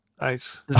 Nice